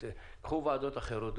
הניהול